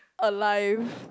alive